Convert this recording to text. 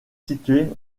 situé